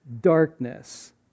darkness